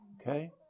Okay